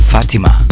Fatima